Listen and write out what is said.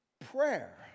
prayer